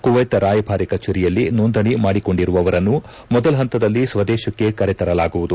Kuwait ರಾಯಭಾರಿ ಕಚೇರಿಯಲ್ಲಿ ನೋಂದಣಿ ಮಾಡಿಕೊಂಡಿರುವವರನ್ನು ಮೊದಲ ಪಂತದಲ್ಲಿ ಸ್ವದೇಶಕ್ಕೆ ಕರೆತರಲಾಗುವುದು